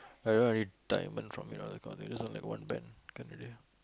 I don't really need diamond from you know that kind of thing just what like one band can already